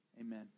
Amen